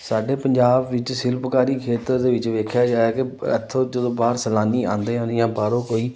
ਸਾਡੇ ਪੰਜਾਬ ਵਿੱਚ ਸ਼ਿਲਪਕਾਰੀ ਖੇਤਰ ਦੇ ਵਿੱਚ ਦੇਖਿਆ ਜਾਏ ਕਿ ਇੱਥੋਂ ਜਦੋਂ ਬਾਹਰ ਸੈਲਾਨੀ ਆਉਂਦੇ ਹਨ ਜਾਂ ਬਾਹਰੋਂ ਕੋਈ